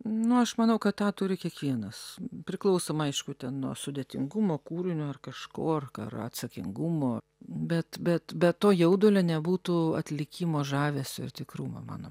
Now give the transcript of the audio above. nu aš manau kad tą turi kiekvienas priklausoma aišku ten nuo sudėtingumo kūrinio ar kažko ar kar atsakingumo bet bet be to jaudulio nebūtų atlikimo žavesio ir tikrumo mano